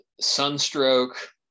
Sunstroke